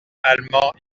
allemand